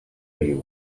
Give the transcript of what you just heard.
you